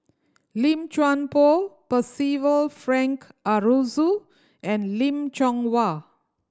Lim Chuan Poh Percival Frank Aroozoo and Lim Chong Wah